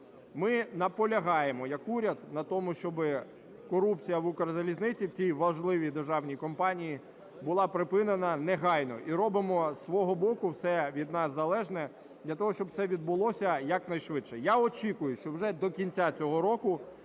Ми наполягаємо як уряд на тому, щоби корупція в "Укрзалізниці", в цій важливій державній компанії була припинена негайно. І робимо з свого боку все від нас залежне для того, щоб це відбулося і якнайшвидше. Я очікую, що вже до кінця цього року